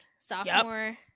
sophomore